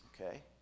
Okay